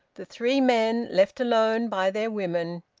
the three men, left alone by their women,